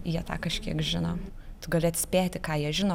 jie tą kažkiek žino tu gali atspėti ką jie žino